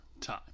time